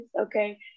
okay